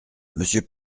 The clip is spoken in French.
monsieur